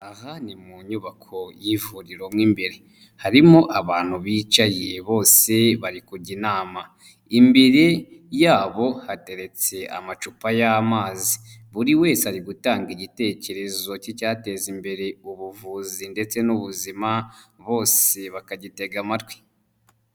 Aha ni mu nyubako y'ivuriro mo imbere harimo abantu bicaye bose bari kujya inama imbere yabo hateretse amacupa y'amazi buri wese ari gutanga igitekerezo cy'icyateza imbere ubuvuzi ndetse n'ubuzima bose bakagitega amatwi.